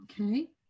Okay